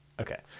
Okay